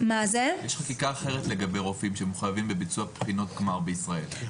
שהם מחוייבים בביצוע בחינות גמר בישראל.